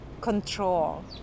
control